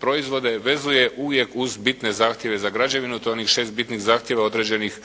proizvode vezuje uvijek uz bitne zahtjeve za građevinu. To je onih 6 bitnih zahtjeva određenih